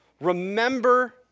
Remember